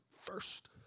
first